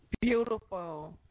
Beautiful